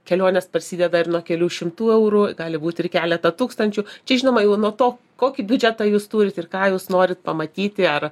kelionės prasideda ir nuo kelių šimtų eurų gali būti ir keletą tūkstančių čia žinoma jau nuo to kokį biudžetą jūs turit ir ką jūs norit pamatyti ar